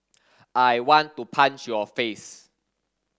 I want to punch your face